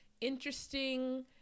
interesting